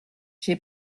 j’ai